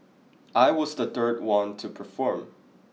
I was the third one to perform